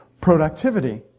productivity